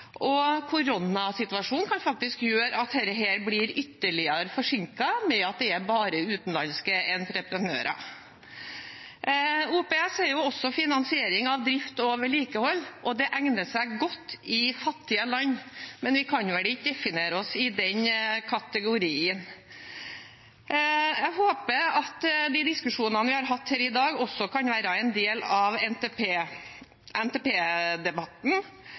og koronasituasjonen kan faktisk gjøre at dette blir ytterligere forsinket ved at det bare er utenlandske entreprenører. OPS er også finansiering av drift og vedlikehold. Det egner seg godt i fattige land, men vi kan vel ikke definere oss inn under den kategorien. Jeg håper at de diskusjonene vi har hatt her i dag, også kan være en del av